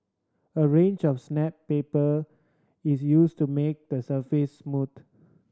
a range of paper is used to make the surface smooth